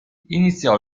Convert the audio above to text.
iniziò